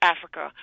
Africa